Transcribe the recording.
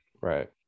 right